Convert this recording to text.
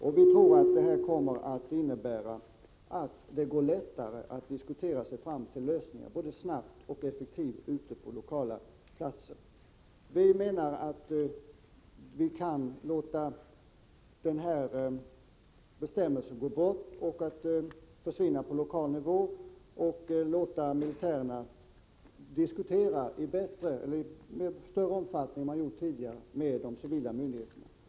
Vi tror att det här kommer att innebära att det blir lättare att snabbt och effektivt diskutera sig fram till lösningar lokalt, ute i kommunerna. Enligt vår mening kan den gällande bestämmelsen slopas på lokal nivå, och man kan låta militärerna i större omfattning diskutera med de civila myndigheterna.